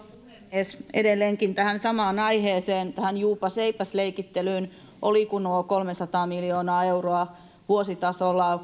rouva puhemies edelleenkin tähän samaan aiheeseen tähän juupas eipäs leikittelyyn olivatko nuo kolmesataa miljoonaa euroa vuositasolla